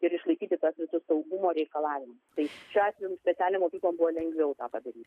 ir išlaikyti tuos visus saugumo reikalavimus tai šiuo atveju specialiom mokyklom buvo lengviau tą padaryti